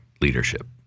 leadership